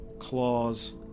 Claws